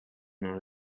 not